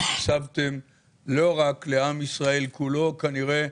הסבתם לא רק לעם ישראל כולו כנראה,